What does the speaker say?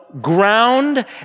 ground